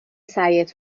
سعیت